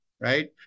Right